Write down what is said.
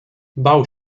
bał